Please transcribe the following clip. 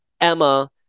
Emma